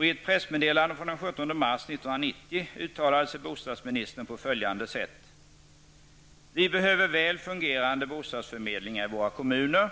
I ett pressmeddelande från den 17 mars 1990 uttalade sig bostadsministern på följande sätt: ''Vi behöver väl fungerande bostadsförmedlingar i våra kommuner.